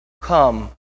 come